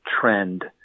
trend